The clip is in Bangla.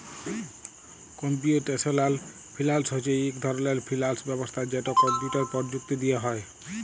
কম্পিউটেশলাল ফিল্যাল্স হছে ইক ধরলের ফিল্যাল্স ব্যবস্থা যেট কম্পিউটার পরযুক্তি দিঁয়ে হ্যয়